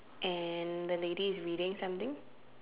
and the lady is reading something